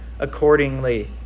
accordingly